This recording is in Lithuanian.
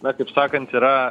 na kaip sakant yra